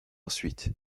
ensuite